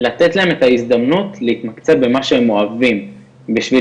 לתת להם את ההזדמנות להתמקצע במה שהם אוהבים בשביל